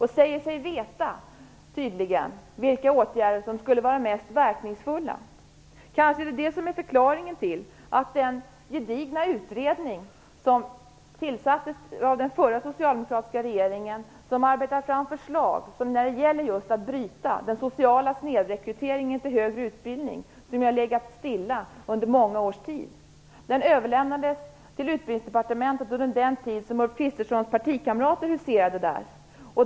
Han anser sig tydligen veta vilka åtgärder som skulle vara mest verkningsfulla. Det är kanske är det som är förklaringen till att den gedigna utredning som tillsattes av den förra socialdemokratiska regeringen, som skall arbeta fram förslag när det gäller just att bryta den sociala snedrekryteringen till högre utbildning, har legat nere i många år. Den överlämnades till Utbildningsdepartementet under den tid som Ulf Kristerssons partikamrater huserade där.